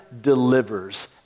delivers